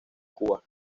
cuba